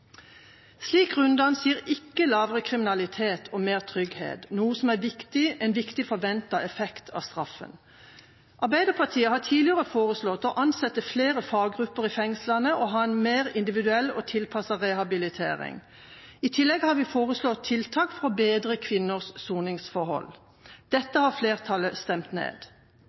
slik runddans gir ikke lavere kriminalitet og mer trygghet, noe som er en viktig forventet effekt av straffen. Arbeiderpartiet har tidligere foreslått å ansette flere faggrupper i fengslene og ha en mer individuell og tilpasset rehabilitering. I tillegg har vi foreslått tiltak for å bedre kvinners soningsforhold. Dette har flertallet stemt ned.